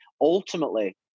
ultimately